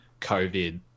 COVID